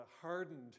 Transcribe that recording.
hardened